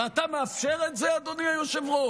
ואתה מאפשר את זה, אדוני היושב-ראש?